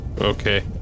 Okay